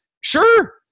Sure